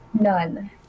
None